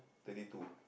thirty two